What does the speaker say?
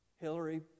Hillary